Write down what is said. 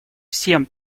всем